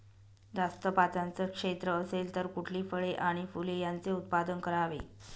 जास्त पात्याचं क्षेत्र असेल तर कुठली फळे आणि फूले यांचे उत्पादन करावे?